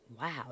wow